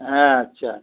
হ্যাঁ আচ্ছা